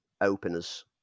openers